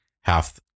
half